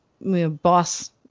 boss